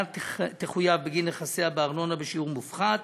תחויב בגין נכסיה בארנונה בשיעור מופחת,